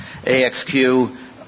AXQ